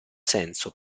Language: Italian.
senso